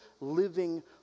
living